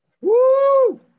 Woo